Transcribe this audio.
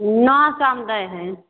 नओ सएमे दै है